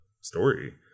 story